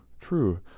true